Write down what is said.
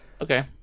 Okay